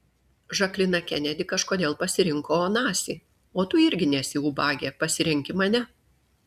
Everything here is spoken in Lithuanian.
žaklina kenedi kažkodėl pasirinko onasį o tu irgi nesi ubagė pasirenki mane